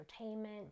entertainment